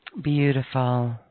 Beautiful